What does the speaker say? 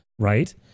Right